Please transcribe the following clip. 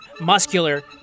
muscular